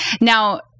Now